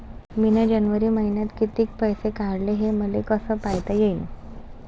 मिन जनवरी मईन्यात कितीक पैसे काढले, हे मले कस पायता येईन?